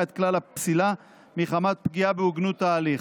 את כלל הפסילה מחמת פגיעה בהוגנות ההליך.